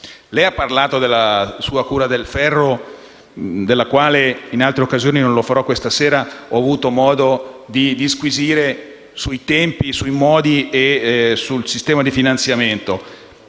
Lei ha parlato della sua "cura del ferro", della quale in altre occasioni (non lo farò questa sera) ho avuto modo di disquisire per i tempi, i modi e il sistema di finanziamento.